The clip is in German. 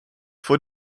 vor